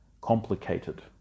complicated